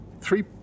three